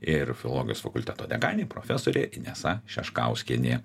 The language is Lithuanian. ir filologijos fakulteto dekanė profesorė inesa šeškauskienė